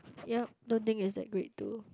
yup don't think is that great too